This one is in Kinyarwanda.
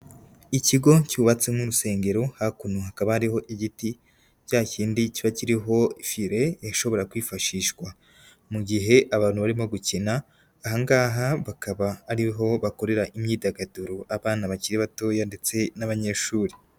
Ikigo cyubatsemo urusengero hakuno hakaba hariho igiti cya kindi kiba kiririho file ishobora kwifashishwa mu gihe abantu barimo gukina, ahangaha bakaba ariho bakorera imyidagaduro abana bakiri batoya ndetse n'abanyeshuri.